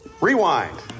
Rewind